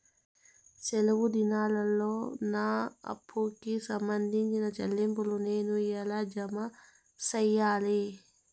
సెలవు దినాల్లో నా అప్పుకి సంబంధించిన చెల్లింపులు నేను ఎలా జామ సెయ్యాలి?